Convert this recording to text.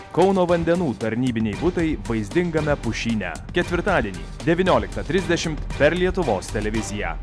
kauno vandenų tarnybiniai butai vaizdingame pušyne ketvirtadienį devynioliktą trisdešimt per lietuvos televiziją